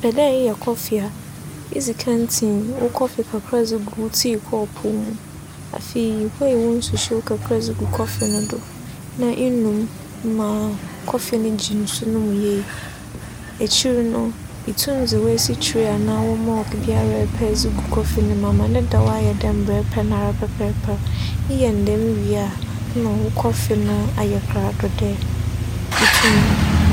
Epɛ dɛ eyɛ kͻfe a, idzi kan tsi wo kͻfe kakra gu wo tii kͻͻpow mu, afei ihuei wo nsuhyew kakra gu kͻfe no do na inu mu ma kͻfe no gye nsu no mu yie. Ekyir no, itum dze wo esikyire anaa wo milk biara epɛ gu kͻfe no mu ama ne dɛw ayɛ dɛ mbrɛ epɛ noara pɛpɛɛpɛr. Eyɛ no dɛm wie a nna wo kͻfe no ayɛ krado dɛ itum nom.